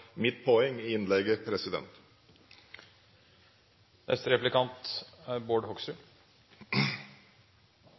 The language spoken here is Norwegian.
mitt poeng i innlegget.